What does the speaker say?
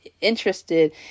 interested